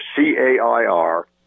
C-A-I-R